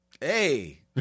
hey